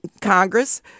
Congress